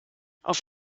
auf